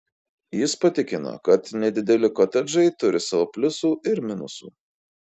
jis patikino kad nedideli kotedžai turi savo pliusų ir minusų